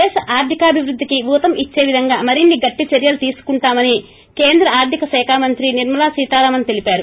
దేశ ఆర్గికాభివృద్గికి ఊతం ఇచ్చేవిధంగా మరిన్ని గట్టి చర్యలు తీసుకుంటామని కేంద్ర ఆర్గిక శాఖామంత్రి నిర్శల్ సీతారామస్ తెలిపారు